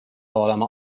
olema